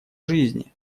жизни